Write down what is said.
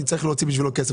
אני צריך להוציא בשבילו כסף.